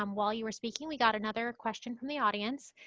um while you were speaking, we got another question from the audience.